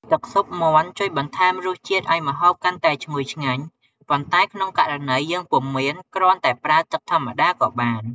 ទឹកស៊ុបមាន់ជួយបន្ថែមរសជាតិឱ្យម្ហូបកាន់តែឈ្ងុយឆ្ងាញ់ ប៉ុន្តែក្នុងករណីយើងពុំមាន គ្រាន់តែប្រើទឹកធម្មតាក៏បាន។